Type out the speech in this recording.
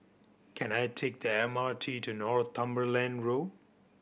can I take the M R T to Northumberland Road